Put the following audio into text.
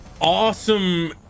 awesome